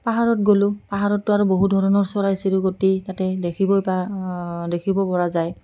পাহাৰত গ'লোঁ পাহাৰতো আৰু বহু ধৰণৰ চৰাই চিৰিকতি তাতে দেখিবই দেখিব পৰা যায়